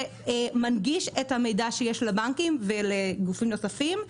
שמנגיש את המידע שיש לבנקים ולגופים נוספים.